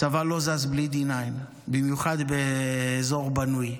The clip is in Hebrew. הצבא לא זז בלי D9, במיוחד באזור בנוי.